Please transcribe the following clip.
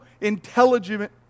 intelligent